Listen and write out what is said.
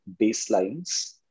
baselines